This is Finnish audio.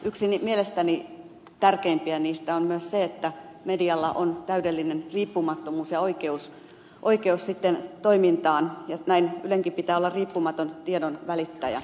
yksi mielestäni tärkeimpiä niistä on myös se että medialla on täydellinen riippumattomuus ja oikeus toimintaan ja näin ylenkin pitää olla riippumaton tiedonvälittäjä